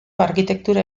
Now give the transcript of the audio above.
arkitektura